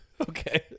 okay